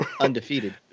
undefeated